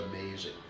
amazing